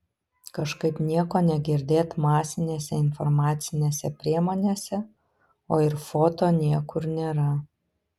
kažkaip nieko negirdėt masinėse informacinėse priemonėse o ir foto niekur nėra